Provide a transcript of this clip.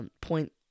Point